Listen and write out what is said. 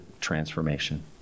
transformation